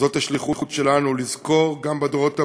זאת השליחות שלנו, לזכור גם בדורות הבאים,